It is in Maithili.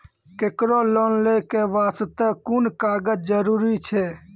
केकरो लोन लै के बास्ते कुन कागज जरूरी छै?